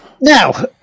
Now